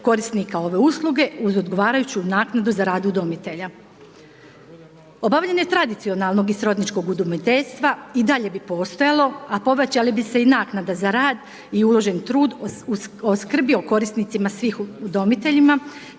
korisnika ove usluge uz odgovarajuću naknadu za rad udomitelja. Obavljanje tradicionalnog i srodničkog udomiteljstva i dalje bi postojalo, a povećale bi se i naknade za rad i uložen trud o skrbi o korisnicima svih udomiteljima,